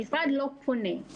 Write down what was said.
המשרד לא פונה.